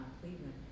cleveland